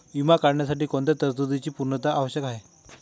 विमा काढण्यासाठी कोणत्या तरतूदींची पूर्णता आवश्यक आहे?